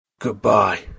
Goodbye